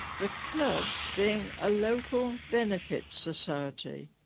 the club being a local benefit society